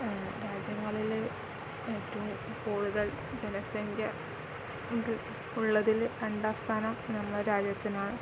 രാജ്യങ്ങളിൽ ഏറ്റവും കൂടുതൽ ജനസംഖ്യ ഉള്ളതിൽ രണ്ടാം സ്ഥാനം നമ്മുടെ രാജ്യത്തിനാണ്